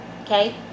okay